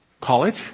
college